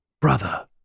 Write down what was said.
brother